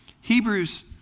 Hebrews